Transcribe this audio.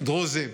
דרוזים